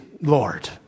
Lord